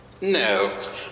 No